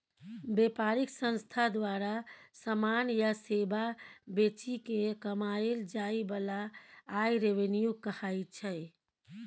बेपारिक संस्था द्वारा समान या सेबा बेचि केँ कमाएल जाइ बला आय रेवेन्यू कहाइ छै